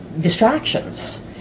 distractions